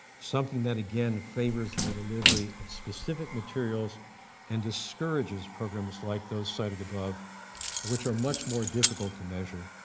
something that again favors the delivery of specific materials and discourages programs like those sited above which are much more difficult to measure,